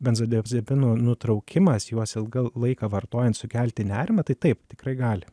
benzodiazepinų nutraukimas juos ilgą laiką vartojant sukelti nerimą tai taip tikrai gali